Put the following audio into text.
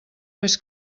més